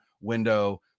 window